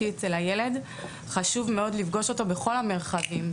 אצל הילד חשוב מאוד לפגוש אותו בכל המרחבים,